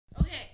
Okay